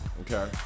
Okay